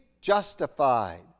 justified